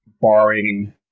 barring